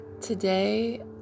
Today